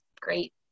great